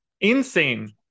Insane